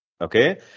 Okay